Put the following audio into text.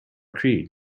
creed